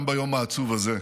גם ביום העצוב הזה,